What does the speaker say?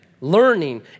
learning